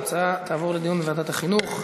ההצעה תעבור לדיון בוועדת החינוך.